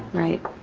right.